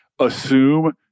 assume